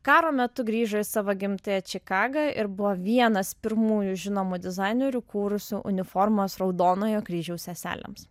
karo metu grįžo į savo gimtąją čikagą ir buvo vienas pirmųjų žinomų dizainerių kūrusių uniformos raudonojo kryžiaus seselėms